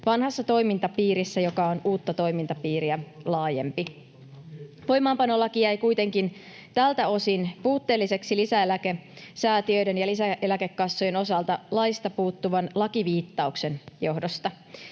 vanhassa toimintapiirissä, joka on uutta toimintapiiriä laajempi. Voimaanpanolaki jäi kuitenkin tältä osin puutteelliseksi lisäeläkesäätiöiden ja lisäeläkekassojen osalta laista puuttuvan lakiviittauksen johdosta.